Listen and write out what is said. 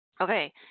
Okay